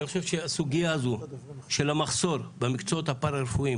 אני חושב שהסוגיה הזו של המחסור במקצועות הפרא-רפואיים